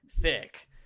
thick